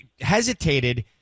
hesitated